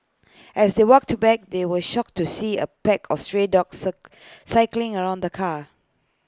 as they walked to back they were shocked to see A pack of stray dogs circling around the car